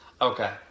Okay